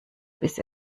bis